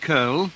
Curl